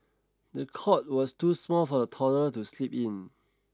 the cot was too small for the toddler to sleep in